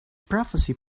prophecy